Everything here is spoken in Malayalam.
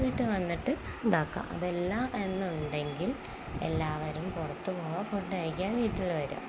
വീട്ടില് വന്നിട്ട് ഇതാക്കാം അതല്ല എന്നുണ്ടെങ്കിൽ എല്ലാവരും പുറത്തു പോവുക ഫുഡ്യക്കുക വീട്ടില് വരിക